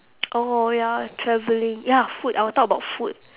oh ya travelling ya food I will talk about food